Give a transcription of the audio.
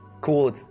cool